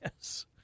Yes